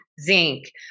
zinc